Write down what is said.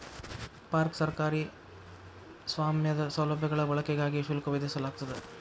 park ಸರ್ಕಾರಿ ಸ್ವಾಮ್ಯದ ಸೌಲಭ್ಯಗಳ ಬಳಕೆಗಾಗಿ ಶುಲ್ಕ ವಿಧಿಸಲಾಗ್ತದ